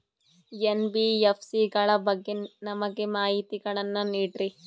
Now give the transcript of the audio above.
NBFC ಗಳ ಬಗ್ಗೆ ನಮಗೆ ಮಾಹಿತಿಗಳನ್ನ ನೀಡ್ರಿ?